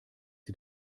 sie